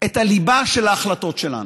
את הליבה של ההחלטות שלנו.